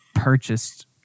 purchased